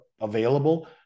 available